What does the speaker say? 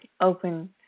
open